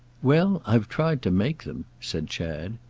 well, i've tried to make them, said chad.